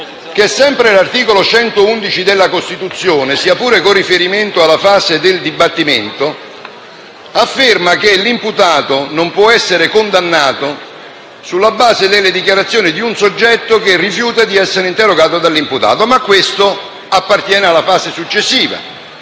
che sempre l'articolo 111 della Costituzione, sia pure con riferimento alla fase del dibattimento, afferma che l'imputato non può essere condannato sulla base delle dichiarazioni di un soggetto che rifiuta di essere interrogato dall'imputato. Questo appartiene alla fase successiva,